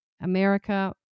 America